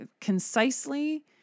concisely